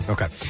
Okay